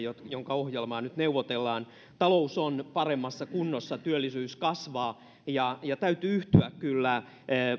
tämä hallitus jonka ohjelmaa nyt neuvotellaan talous on paremmassa kunnossa työllisyys kasvaa täytyy yhtyä kyllä